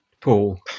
Paul